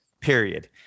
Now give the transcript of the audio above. Period